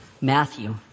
Matthew